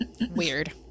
Weird